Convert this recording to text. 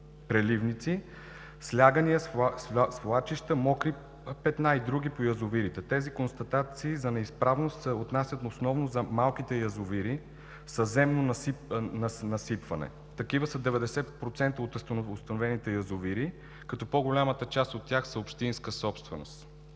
преливници, слягания, свлачища, мокри петна и други по язовирите. Тези констатации за неизправност се отнасят основно за малките язовири със земно насипване. Такива са 90% от установените язовири като по-голямата част от тях са общинска собственост.